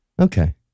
Okay